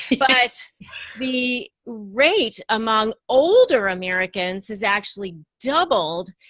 but the rate among older americans has actually doubled,